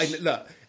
look